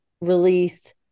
released